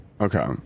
Okay